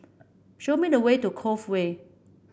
show me the way to Cove Way